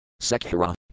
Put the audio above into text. Sekhira